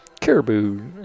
caribou